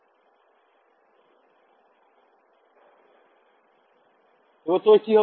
এবার এটা তবে কি হবে